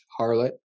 harlot